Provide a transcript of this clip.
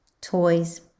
Toys